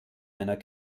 einer